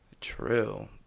True